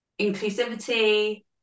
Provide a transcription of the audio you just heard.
inclusivity